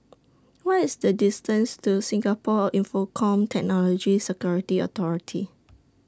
What IS The distance to Singapore Infocomm Technology Security Authority